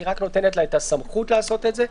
היא רק נותנת לה את הסמכות לעשות את זה,